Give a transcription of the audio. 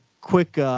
quick